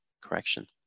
correction